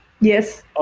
yes